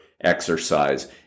exercise